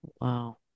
Wow